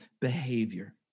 behavior